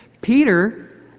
Peter